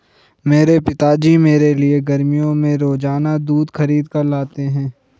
मेरे पिताजी मेरे लिए गर्मियों में रोजाना दूध खरीद कर लाते हैं